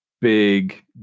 big